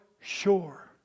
sure